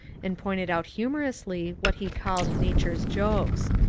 and pointed out humour ously what he called nature's jokes.